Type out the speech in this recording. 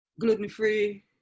gluten-free